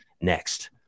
next